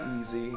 easy